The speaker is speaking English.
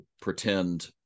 pretend